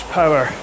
power